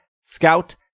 scout